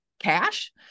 cash